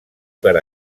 per